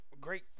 great